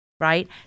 right